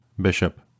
Bishop